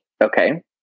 Okay